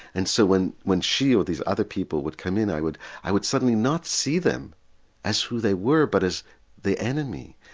and so when when she or these other people would come in i would i would suddenly not see them as who they were but as the enemy,